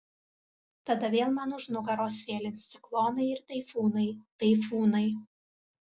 tada vėl man už nugaros sėlins ciklonai ir taifūnai taifūnai